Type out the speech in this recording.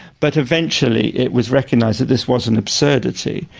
but eventually it was recognised that this was an absurdity,